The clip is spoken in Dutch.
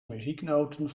muzieknoten